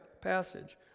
passage